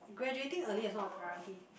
graduating early is not a priority